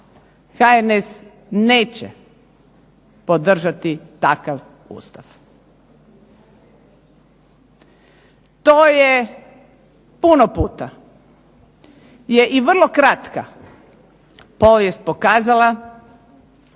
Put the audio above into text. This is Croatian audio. HNS neće podržati takav Ustav. To je puno puta i vrlo kratka povijest pokazala